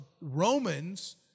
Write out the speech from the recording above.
Romans